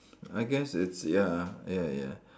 I guess it's ya ya ya